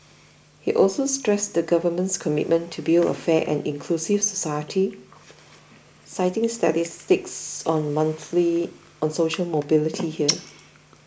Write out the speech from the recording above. he also stressed the government's commitment to build a fair and inclusive society citing statistics on monthly on social mobility here